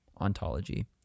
ontology